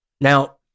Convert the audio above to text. Now